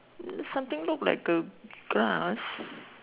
something look like a grass